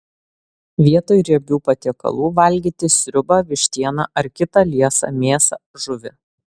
vietoj riebių patiekalų valgyti sriubą vištieną ar kitą liesą mėsą žuvį